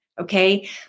Okay